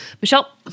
Michelle